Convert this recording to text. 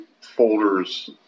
folders